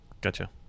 Gotcha